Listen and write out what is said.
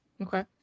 Okay